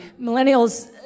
millennials